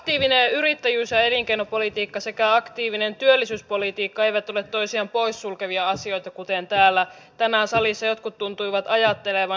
aktiivinen yrittäjyys ja elinkeinopolitiikka sekä aktiivinen työllisyyspolitiikka eivät ole toisiaan poissulkevia asioita kuten tänään täällä salissa jotkut tuntuivat ajattelevan